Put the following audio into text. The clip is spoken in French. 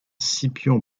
scipion